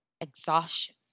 exhaustion